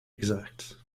exact